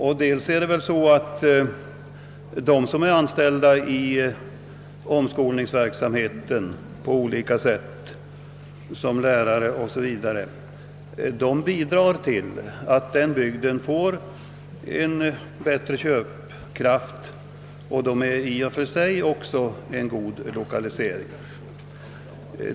Vidare bidrar väl de som är sysselsatta i omskolningsverksamheten, t.ex. lärare, till att öka bygdens köpkraft — och det är i och för sig också en god lokaliseringsfaktor.